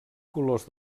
colors